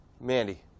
Mandy